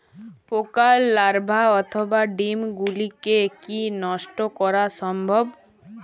পোকার লার্ভা অথবা ডিম গুলিকে কী নষ্ট করা সম্ভব?